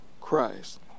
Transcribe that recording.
Christ